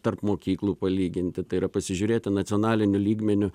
tarp mokyklų palyginti tai yra pasižiūrėti nacionaliniu lygmeniu